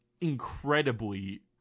incredibly